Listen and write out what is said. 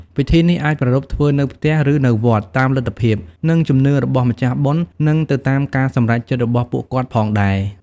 ពិធីនេះអាចប្រារព្ធធ្វើនៅផ្ទះ ឬនៅវត្ត តាមលទ្ធភាព និងជំនឿរបស់ម្ចាស់បុណ្យ និងទៅតាមការសម្រេចចិត្តរបស់ពួកគាត់ផងដែរ។